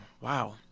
Wow